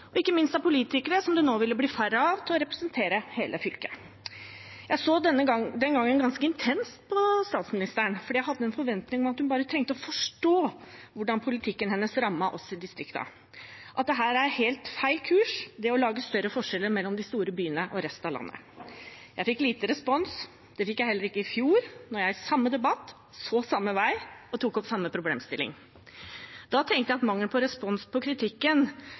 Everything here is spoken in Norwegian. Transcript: og ikke minst ville det nå bli færre politikere til å representere hele fylket. Jeg så den gangen ganske intenst på statsministeren, fordi jeg hadde en forventning om at hun bare trengte å forstå hvordan politikken hennes rammet oss i distriktene – at det er helt feil kurs å lage større forskjeller mellom de store byene og resten av landet. Jeg fikk lite respons. Det fikk jeg også i fjor da jeg i samme debatt så samme veg og tok opp samme problemstilling. Da tenkte jeg at mangelen på respons på kritikken